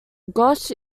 ghosh